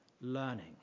learning